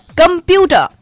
computer